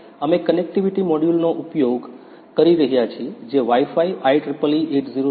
અમે કનેક્ટિવિટી મોડ્યુલનો ઉપયોગ કરી રહ્યા છીએ જે Wi Fi IEEE 802